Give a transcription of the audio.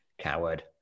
Coward